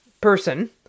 person